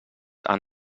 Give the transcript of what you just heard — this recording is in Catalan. han